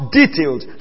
detailed